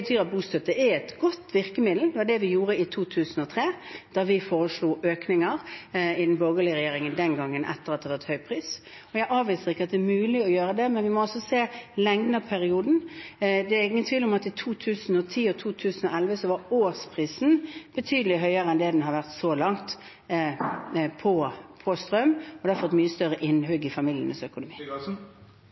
gjorde i 2003, da vi foreslo økninger i den borgerlige regjeringen den gangen etter at det hadde vært høy pris. Jeg avviser ikke at det er mulig å gjøre dette, men vi må altså se lengden av perioden. Det er ingen tvil om at i 2010 og 2011 var årsprisen på strøm betydelig høyere enn det den har vært så langt, og det har fått mye større innhugg i familienes økonomi.